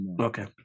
Okay